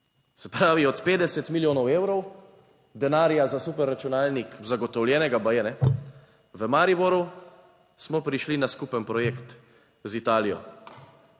Se pravi, od 50 milijonov evrov denarja za superračunalnik, zagotovljenega baje, ne, v Mariboru, smo prišli na skupen projekt z Italijo.